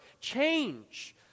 change